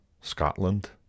Scotland